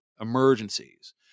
emergencies